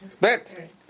Bet